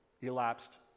elapsed